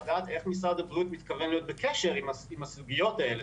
לדעת איך משרד הבריאות מתכוון להיות בקשר עם הסוגיות האלה.